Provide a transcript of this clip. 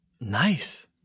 Nice